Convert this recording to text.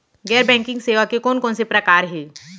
गैर बैंकिंग सेवा के कोन कोन से प्रकार हे?